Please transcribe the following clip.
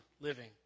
living